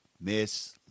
Miss